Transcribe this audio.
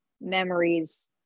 memories